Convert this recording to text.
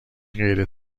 غیر